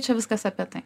čia viskas apie tai